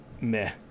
meh